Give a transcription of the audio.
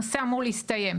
הנושא אמור להסתיים.